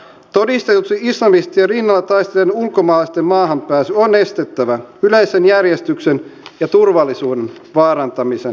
todistetusti islamistien rinnalla taistelleiden ulkomaalaisten maahanpääsy on estettävä yleisen järjestyksen ja turvallisuuden vaarantamisen nojalla